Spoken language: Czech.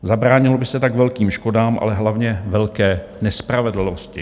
Zabránilo by se tak velkým škodám, ale hlavně velké nespravedlnosti.